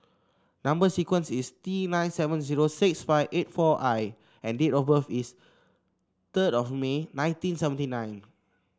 number sequence is T nine seven zero six five eight four I and date of birth is third of May nineteen seventy nine